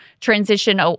transition